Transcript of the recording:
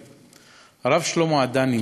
על נושא ילדי תימן,